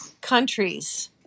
countries